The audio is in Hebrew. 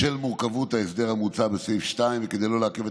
בשל מורכבות ההסדר המוצע בסעיף 2 וכדי לא לעכב את